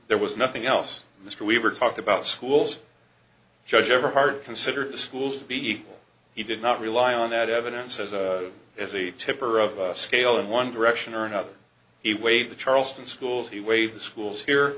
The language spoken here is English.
there was nothing else mr weaver talked about schools judge everhart considered the schools to be equal he did not rely on that evidence as a as a tipper of a scale in one direction or another he weighed the charleston schools he waived the schools here